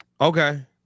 Okay